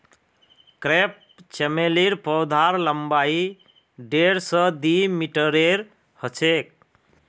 crepe चमेलीर पौधार लम्बाई डेढ़ स दी मीटरेर ह छेक